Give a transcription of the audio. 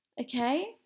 Okay